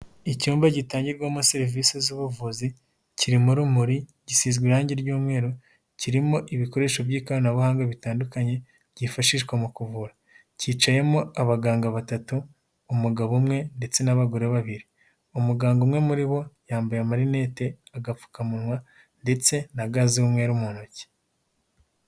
Icyumba gitangirwamo serivisi z'ubuvuzi kirimo urumuri, gisizwe irangi ry'umweru, kirimo ibikoresho by'ikoranabuhanga bitandukanye byifashishwa mu kuvura, kicayemo abaganga batatu: umugabo umwe ndetse n'abagore babiri, umuganga umwe muri bo yambaye amarinete, agapfukamunwa ndetse na ga z'umweru mu ntoki.